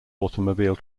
automobile